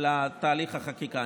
לתהליך החקיקה.